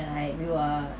like we were